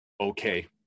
okay